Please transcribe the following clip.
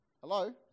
Hello